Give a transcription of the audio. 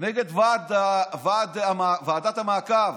נגד ועדת המעקב,